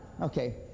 Okay